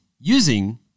using